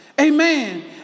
Amen